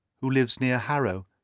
who lives near harrow,